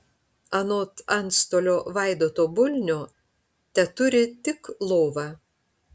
anot antstolio vaidoto bulnio teturi tik lovą